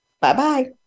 bye-bye